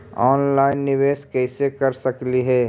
Online निबेस कैसे कर सकली हे?